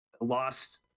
lost